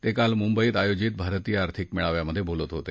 ते काल मृंबईत आयोजित भारतीय आर्थिक मेळाव्यात बोलत होते